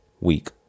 week